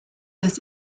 des